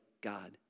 God